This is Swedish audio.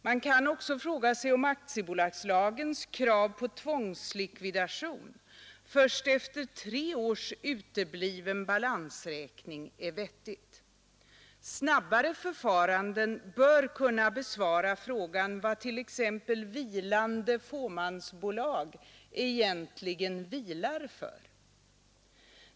Man kan vidare fråga sig om aktiebolagslagens krav på tvångslikvidation först efter tre års utebliven balansräkning är vettigt. Snabbare förfaranden bör kunna besvara frågan vad t.ex. vilande fåmansbolag egentligen vilar för.